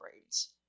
brains